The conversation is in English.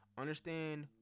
Understand